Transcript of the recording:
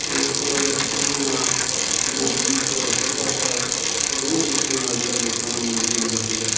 ਲੋਕ ਸਿੱਠਣੀਆਂ ਜਿਹੜੇ ਗੀਤ ਸੱਭਿਆਚਾਰ ਬਹੁਤ ਵਧੀਆ ਤਰੀਕੇ ਨਾਲ ਜਿਹੜਾ ਲੋਕਾਂ ਦਾ ਮਨੋਰੰਜਨ ਹੁੰਦਾ ਸੀਗਾ